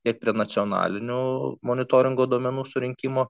tiek prie nacionalinių monitoringo duomenų surinkimo